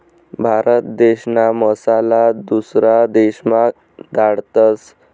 भारत देशना मसाला दुसरा देशमा धाडतस